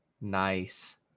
nice